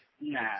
Nah